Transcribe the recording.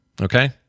okay